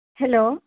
hello